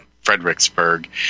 Fredericksburg